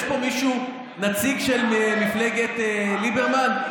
יש פה נציג של מפלגת ליברמן?